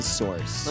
source